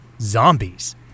Zombies